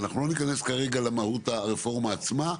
אנחנו לא ניכנס כרגע למהות הרפורמה עצמה.